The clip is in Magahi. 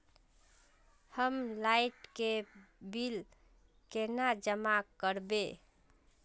हम लाइट के बिल केना जमा करबे?